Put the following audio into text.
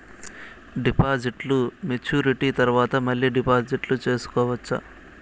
డిపాజిట్లు మెచ్యూరిటీ తర్వాత మళ్ళీ డిపాజిట్లు సేసుకోవచ్చా?